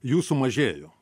jų sumažėjo